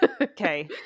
Okay